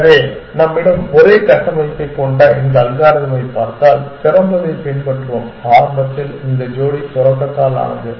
எனவே நம்மிடம் ஒரே கட்டமைப்பைக் கொண்ட இந்த அல்காரிதமைப் பார்த்தால் திறந்ததைப் பின்பற்றுவோம் ஆரம்பத்தில் இந்த ஜோடி தொடக்கத்தால் ஆனது